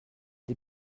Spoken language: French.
des